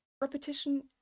repetition